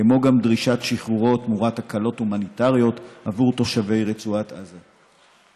כמו גם דרישת שחרורו תמורת הקלות הומניטריות עבור תושבי רצועת עזה.